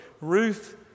Ruth